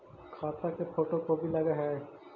खाता के photo copy लगहै?